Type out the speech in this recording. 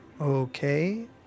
Okay